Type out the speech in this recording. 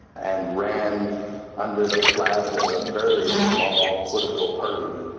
and ran under the flag of a very small political party,